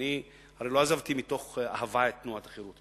ואני הרי לא עזבתי מתוך אהבה את תנועת החרות,